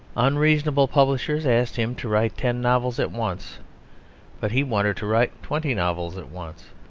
unreasonable publishers asked him to write ten novels at once but he wanted to write twenty novels at once.